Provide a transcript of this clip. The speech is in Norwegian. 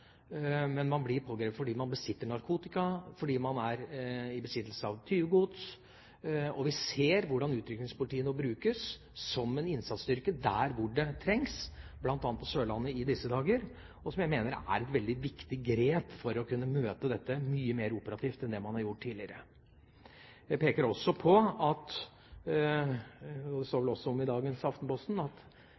men man blir pågrepet fordi man besitter narkotika, fordi man er i besittelse av tyvegods. Og vi ser hvordan utrykningspolitiet nå brukes som en innsatsstyrke der hvor det trengs, bl.a. på Sørlandet i disse dager, som jeg mener er et veldig viktig grep for å kunne møte dette mye mer operativt enn det man har gjort tidligere. Jeg peker også på – det står det vel også om i dagens Aftenposten – at